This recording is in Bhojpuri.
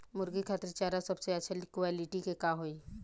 मुर्गी खातिर चारा सबसे अच्छा क्वालिटी के का होई?